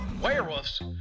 werewolves